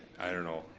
i don't know,